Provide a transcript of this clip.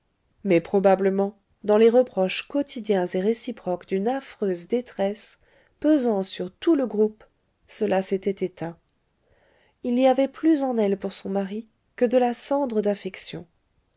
mais probablement dans les reproches quotidiens et réciproques d'une affreuse détresse pesant sur tout le groupe cela s'était éteint il n'y avait plus en elle pour son mari que de la cendre d'affection